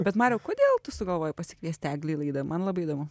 bet mariau kodėl tu sugalvojai pasikviesti eglė į laidą man labai įdomu